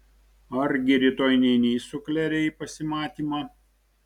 argi rytoj neini su klere į pasimatymą